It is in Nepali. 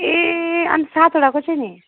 ए अनि सातवटाको चाहिँ नि